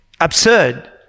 absurd